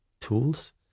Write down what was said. tools